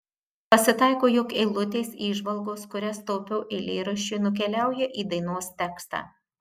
pasitaiko jog eilutės įžvalgos kurias taupiau eilėraščiui nukeliauja į dainos tekstą